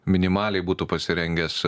minimaliai būtų pasirengęs